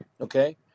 okay